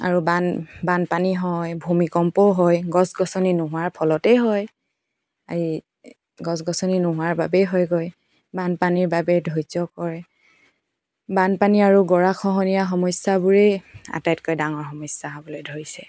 আৰু বান বানপানী হয় ভূমিকম্পও হয় গছ গছনি নোহোৱাৰ ফলতেই হয় এই গছ গছনি নোহোৱাৰ বাবেই হয়গৈ বানপানীৰ বাবে ধৈৰ্য কৰে বানপানী আৰু গৰাখহনীয়া সমস্যাবোৰেই আটাইতকৈ ডাঙৰ সমস্যা হ'বলৈ ধৰিছে